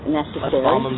necessary